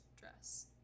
dress